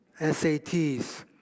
SATs